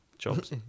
job's